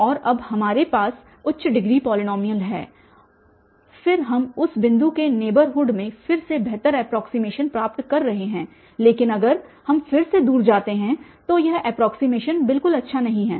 और अब हमारे पास उच्च डिग्री पॉलीनॉमियल है और फिर हम उस बिंदु के नेबरहुड में फिर से बेहतर एप्रोक्सीमेशन प्राप्त कर रहे हैं लेकिन अगर हम फिर से दूर जाते हैं तो यह एप्रोक्सीमेशन बिल्कुल अच्छा नहीं है